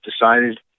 decided